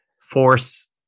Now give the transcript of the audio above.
force